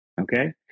okay